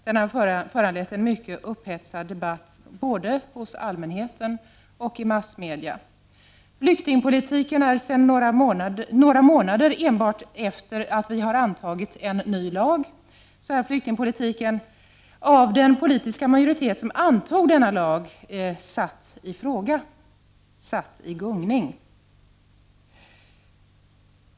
Den har föranlett en mycket upphetsad debatt både hos allmänheten och i massmedia. Endast några månader sedan vi antog en ny lag är flyktingpolitiken, av den politiska majoritet som antog denna lag, satt i gungning.